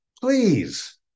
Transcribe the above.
please